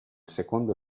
secondo